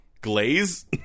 glaze